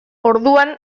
orduan